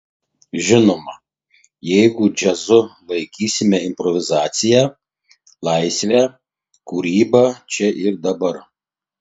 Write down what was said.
žinoma jeigu džiazu laikysime improvizaciją laisvę kūrybą čia ir dabar